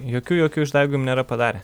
jokių jokių išdaigų jum nėra padarę